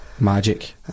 magic